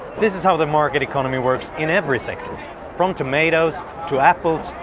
this is how the market economy works in every sector from tomatoes to apples,